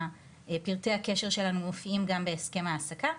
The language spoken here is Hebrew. פרטי הקשר שלנו מופיעים גם בהסכם ההעסקה,